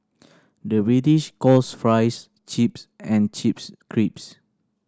the British calls fries chips and chips crisps